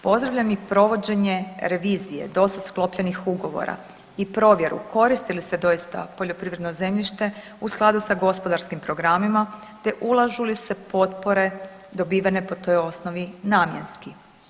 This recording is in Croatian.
Pozdravljam i provođenje revizije dosad sklopljenih ugovora i provjeru koristi li se doista poljoprivredno zemljište u skladu sa gospodarskim programima, te ulažu li se potpore dobivene po toj osnovi namjenski.